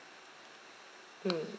mm